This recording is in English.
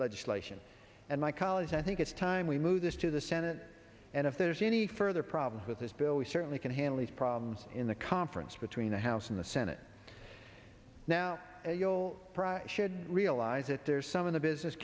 legislation and my colleagues i think it's time we move this to the senate and if there's any further problems with this bill we certainly can handle these problems in the conference between the house and the senate now should realize that there's some in the business